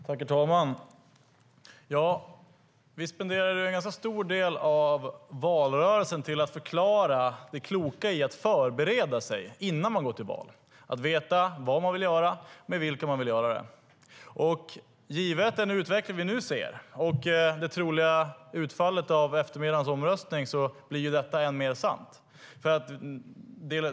Herr talman! Vi spenderade en ganska stor del av valrörelsen på att förklara det kloka i att förbereda sig innan man går till val, att veta vad man vill göra och med vilka man vill göra det. Givet den utveckling vi nu ser och det troliga utfallet av eftermiddagens omröstning blir detta än mer sant.